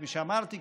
כפי שאמרתי,